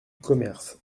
commerce